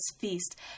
feast